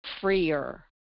freer